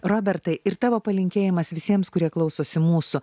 robertai ir tavo palinkėjimas visiems kurie klausosi mūsų